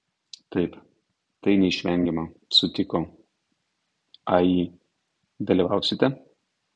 taip tai neišvengiama sutiko ai dalyvausite